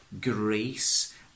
grace